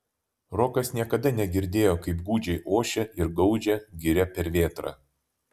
rokas niekada negirdėjo kaip gūdžiai ošia ir gaudžia giria per vėtrą